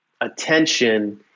attention